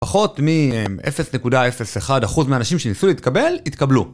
פחות מ-0.01% מהאנשים שניסו להתקבל, התקבלו.